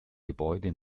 gebäude